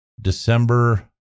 december